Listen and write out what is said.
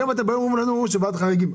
היום אתם באים ואומרים לנו ועדת חריגים,